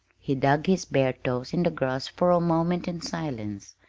he dug his bare toes in the grass for a moment in silence,